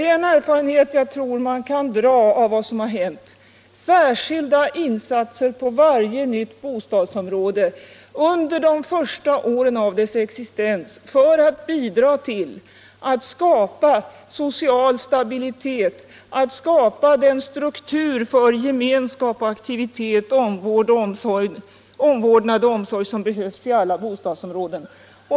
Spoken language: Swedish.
En erfarenhet som jag tror att man kan dra av vad som hänt är att vi bör göra särskilda insatser på varje nytt bostadsområde under de första åren av dess existens för att bidra till att skapa social stabilitet och den struktur för gemenskap, aktivitet, omvårdnad och omsorg som behövs i alla bostadsområden.